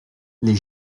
les